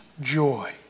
joy